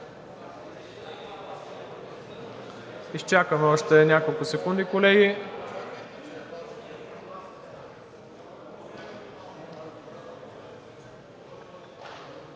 Изчакваме още няколко секунди, колеги.